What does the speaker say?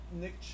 Nick